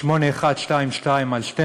8122/12